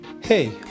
Hey